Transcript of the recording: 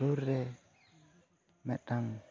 ᱥᱩᱨ ᱨᱮ ᱢᱤᱫᱴᱟᱝ